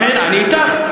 אני אתך.